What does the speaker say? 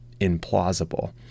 implausible